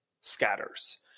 scatters